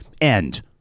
End